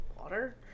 water